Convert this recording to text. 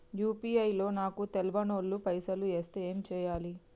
UPI లో నాకు తెల్వనోళ్లు పైసల్ ఎస్తే ఏం చేయాలి?